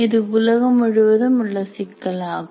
இது உலகம் முழுவதும் உள்ள சிக்கலாகும்